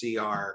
CR